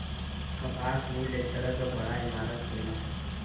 कपास मिल एक तरह क बड़ा इमारत होला